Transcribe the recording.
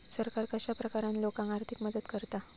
सरकार कश्या प्रकारान लोकांक आर्थिक मदत करता?